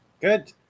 Good